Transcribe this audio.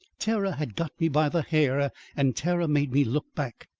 terror had got me by the hair, and terror made me look back.